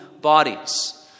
bodies